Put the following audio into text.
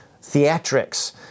theatrics